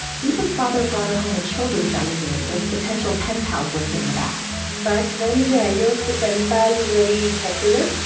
deepa's father brought her home a children's magazine with potential pen pals listed in the back back then the idea of the pen pal was very popular.